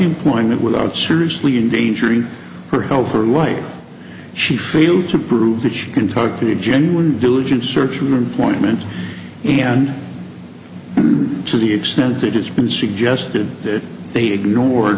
employment without seriously in danger in her health for life she failed to prove that she can talk to a genuine diligent search your employment and to the extent that it's been suggested that they ignored